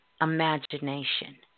Imagination